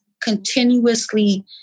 continuously